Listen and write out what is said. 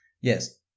Yes